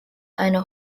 eine